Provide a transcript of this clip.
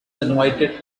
invited